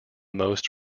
most